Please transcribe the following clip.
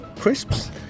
Crisps